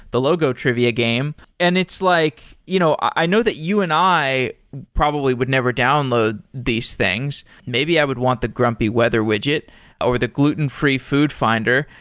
the logo trivia game, and it's like you know i know that you and i probably would never download these things. maybe i would want the grumpy weather widget or the gluten-free food finder,